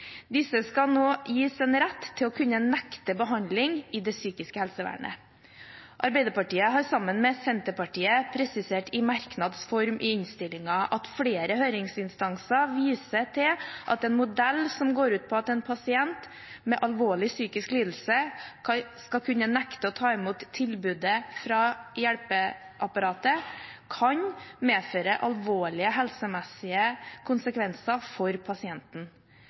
Disse skal nå gis en rett til å kunne nekte behandling i det psykiske helsevernet. Arbeiderpartiet har, sammen med Senterpartiet, presisert i merknads form i innstillingen at flere høringsinstanser viser til at en modell som går ut på at en pasient med en alvorlig psykisk lidelse skal kunne nekte å ta imot tilbudet fra hjelpeapparatet, kan medføre alvorlige helsemessige konsekvenser for pasienten.